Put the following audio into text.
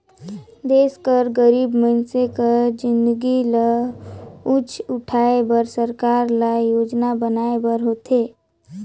देस कर गरीब मइनसे कर जिनगी ल ऊंच उठाए बर सरकार ल योजना बनाए बर होथे